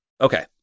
Okay